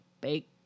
bake